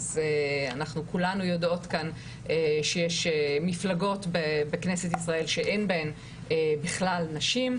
אז אנחנו כולנו יודעות כאן שיש מפלגות בכנסת ישראל שאין בהם בכלל נשים,